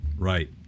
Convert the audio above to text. Right